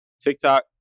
TikTok